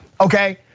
Okay